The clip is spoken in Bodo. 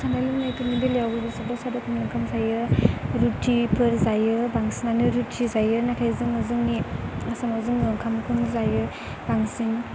जानाय लोंनायफोरनि बेलायावबो बिसोरो दस्रा रोखोमनि ओंखाम जायो रुटि पुरिफोर जायो बांसिनानो रुटि जायो नाथाय जोङो जोंनि आसामाव जोङो ओंखामखौनो जायो बांसिन